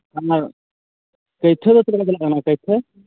ᱠᱟᱹᱭᱴᱷᱟᱹ ᱫᱚ ᱪᱮᱫ ᱞᱮᱠᱟ ᱫᱟᱢᱟ ᱠᱟᱹᱭᱴᱷᱟᱹ